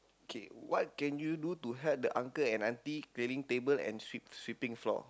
K what can you do to help the uncle and auntie clearing table and sweep sweeping floor